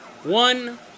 one